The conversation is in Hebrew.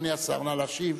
אדוני השר, נא להשיב.